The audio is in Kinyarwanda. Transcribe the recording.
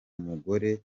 mugore